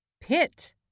pit